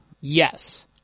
Yes